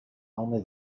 only